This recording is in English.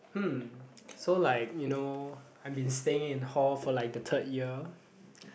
hmm so like you know I've been staying in hall for like the third year